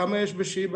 כמה יש בשיבא,